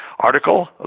article